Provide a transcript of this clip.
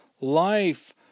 life